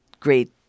great